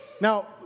Now